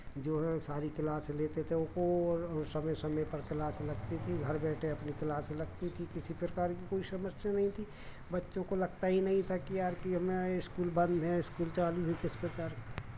जो है सारी क्लास लेते थे उसको और और समय समय पर क्लास लगती थी घर बैठे अपनी क्लास लगती थी किसी प्रकार की कोई समस्या नहीं थी बच्चों को लगता ही नहीं था कि यार कि हमें इस्कूल बंद हैं इस्कूल चालू हैं किस प्रकार